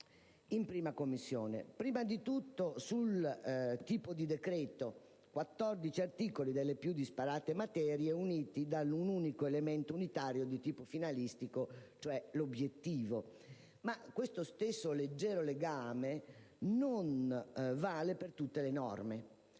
anzitutto al tipo di decreto-legge: 14 articoli delle più disparate materie uniti da un unico elemento di tipo finalistico, cioè l'obiettivo. Ma questo stesso leggero legame non vale per tutte le norme.